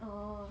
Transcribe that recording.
orh